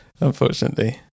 unfortunately